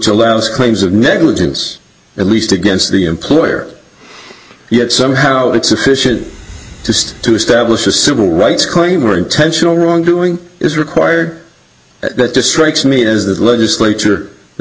allows claims of negligence at least against the employer yet somehow it's sufficient just to establish a civil rights claim or intentional wrongdoing is required that just strikes me is that the legislature the